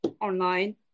online